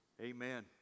amen